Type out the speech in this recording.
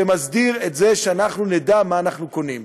שמסדיר את זה שאנחנו נדע מה אנחנו קונים.